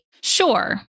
Sure